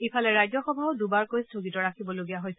ইফালে ৰাজ্যসভাও দুবাৰকৈ স্থগিত ৰাখিবলগা হৈছে